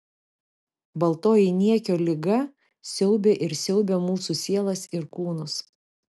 baltoji niekio liga siaubė ir siaubia mūsų sielas ir kūnus